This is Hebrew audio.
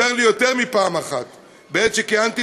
סיפר לי יותר מפעם אחת בעת שכיהנתי